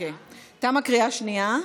הקריאה השנייה.